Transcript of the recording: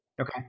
Okay